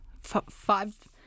Five